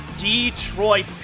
Detroit